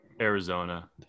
Arizona